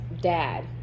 dad